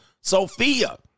Sophia